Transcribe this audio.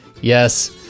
Yes